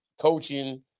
coaching